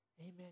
Amen